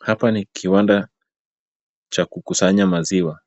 Hapa ni kiwanda cha kukusanya maziwa.